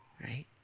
Right